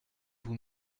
vous